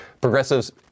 Progressives